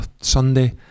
Sunday